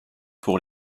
pour